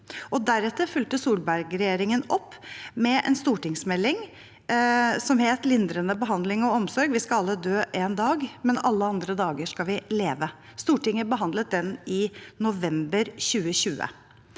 Deretter fulgte Solberg-regjeringen opp med en stortingsmelding, Meld St. 24 for 2019–2020, Lindrende behandling og omsorg – Vi skal alle dø en dag. Men alle andre dager skal vi leve. Stortinget behandlet den i november 2020.